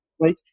Right